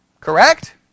Correct